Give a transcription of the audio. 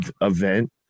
event